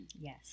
Yes